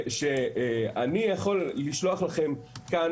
אני יכול לשלוח לכם מכאן,